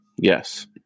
yes